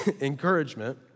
encouragement